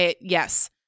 yes